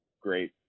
great